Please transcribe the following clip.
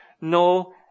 no